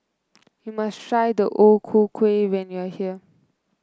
you must try O Ku Kueh when you are here